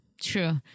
True